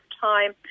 time